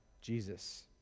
Jesus